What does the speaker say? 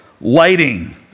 lighting